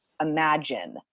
imagine